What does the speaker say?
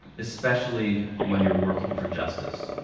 especially when you're working for justice.